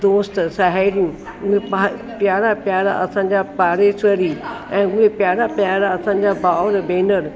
दोस्त साहेड़ियूं उहे प्यारा प्यारा असांजा पारेश्वरी ऐं उहे प्यारा प्यारा असांजा भाउर भेनर